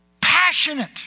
passionate